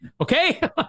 Okay